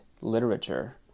literature